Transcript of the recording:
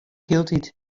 hieltyd